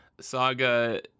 Saga